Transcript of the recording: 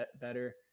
better